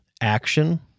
action